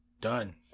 done